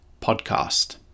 podcast